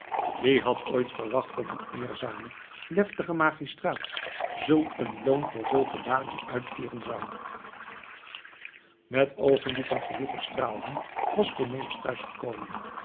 wie had ooit verwacht dat een eerzame deftige magistraat zulk een loon voor zulke daden uitkeeren zou met oogen die van genoegen straalden was cornelis